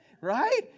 right